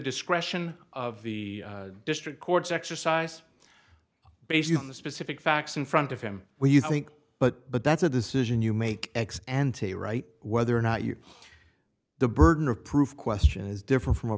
discretion of the district courts exercise based on the specific facts in front of him where you think but but that's a decision you make x and t right whether or not you the burden of proof questions differ from a